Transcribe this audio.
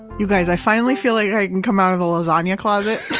you guys, i finally feel like i can come out of the lasagna closet